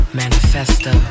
manifesto